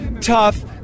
tough